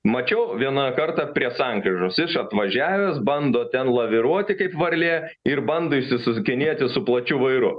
mačiau vieną kartą prie sankryžos iš apvažiavęs bando ten laviruoti kaip varlė ir bando išsisukinėti su plačiu vairu